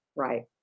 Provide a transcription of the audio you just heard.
Right